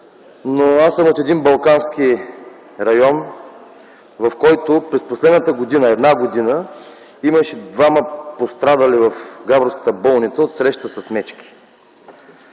но аз съм от един балкански район, в който през последната една година имаше двама пострадали в Габровската болница от среща с мечки.